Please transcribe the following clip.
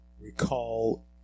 recall